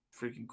freaking